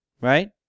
right